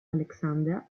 alexander